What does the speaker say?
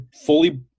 fully